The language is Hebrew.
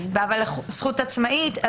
זכות עצמאית,